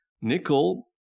Nickel